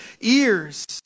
ears